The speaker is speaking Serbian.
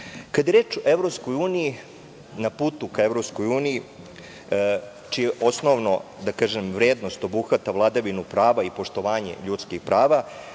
uniji, na putu ka EU, čija osnovna vrednost obuhvata vladavinu prava i poštovanje ljudskih prava,